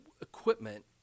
equipment